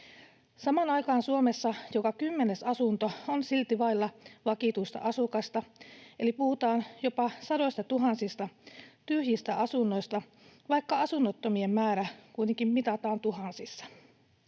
Samaan aikaan Suomessa joka kymmenes asunto on silti vailla vakituista asukasta, eli puhutaan jopa sadoistatuhansista tyhjistä asunnoista, vaikka asunnottomien määrä kuitenkin mitataan tuhansissa.